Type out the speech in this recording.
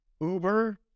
uber